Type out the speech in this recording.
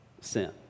sin